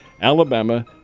Alabama